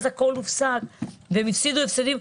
אז הכול הופסק והם הפסידו הפסדים,